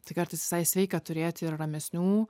tai kartais visai sveika turėti ir ramesnių